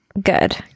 Good